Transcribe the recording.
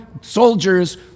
soldiers